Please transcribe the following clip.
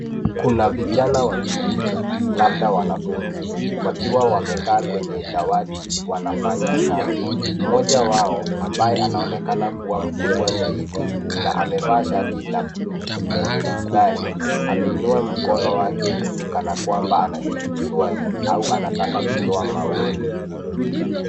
Kuna vijana wawili labda wanafunzi wakiwa wamekaa kwenye dawati wanafanya kazi. Mmoja wao ambaye anaonekana kuwa mkuwa zaidi na amevaa shati la buluu lenye mistari, ameinua mkono wake juu kana kwamba anajibu swali au anataka kutoa maoni.